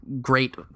great